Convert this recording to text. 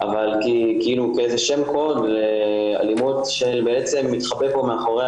כאילו כאיזה שם קוד לאלימות שמתחבא מאחורי